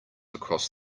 across